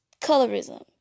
colorism